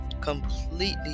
completely